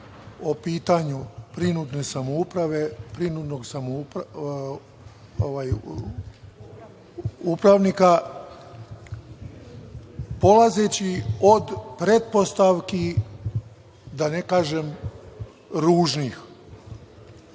o pitanju prinudne samouprave, prinudnog upravnika, polazeći od pretpostavki, da ne kažem ružnih. Ne